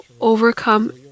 overcome